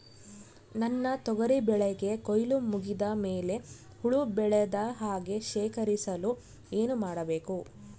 ನನ್ನ ತೊಗರಿ ಬೆಳೆಗೆ ಕೊಯ್ಲು ಮುಗಿದ ಮೇಲೆ ಹುಳು ಬೇಳದ ಹಾಗೆ ಶೇಖರಿಸಲು ಏನು ಮಾಡಬೇಕು?